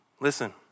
listen